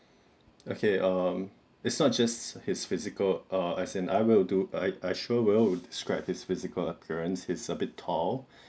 okay um it's not just his physical err as in I will do I assure will describe his physical appearance he's a bit tall